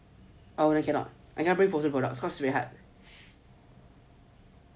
oh wait I cannot I cannot bring frozen products was rehab